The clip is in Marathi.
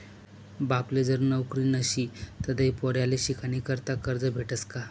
बापले जर नवकरी नशी तधय पोर्याले शिकानीकरता करजं भेटस का?